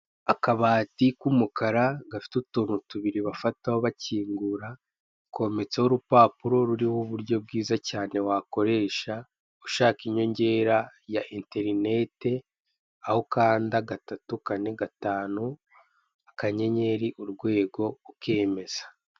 Akabati k'umukara gafite utuntu tubiri bafataho bakingura, kometseho urupapuro ruriho uburyo bwiza cyane wakoresha ushaka inyongera ya enterinete, aho ukanda gatatu, kane, gatanu, akanyenyeri, urwego, ukemeza.